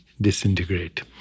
disintegrate